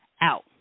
out